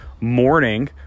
morning